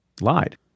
lied